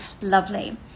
lovely